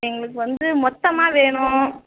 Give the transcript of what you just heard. எங்களுக்கு வந்து மொத்தமாக வேணும்